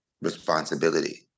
responsibility